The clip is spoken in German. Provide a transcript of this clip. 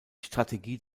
strategie